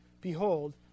behold